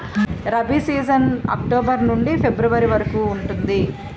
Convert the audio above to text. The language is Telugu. రబీ సీజన్ అక్టోబర్ నుండి ఫిబ్రవరి వరకు ఉంటుంది